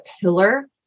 pillar